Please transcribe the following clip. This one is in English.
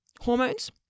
hormones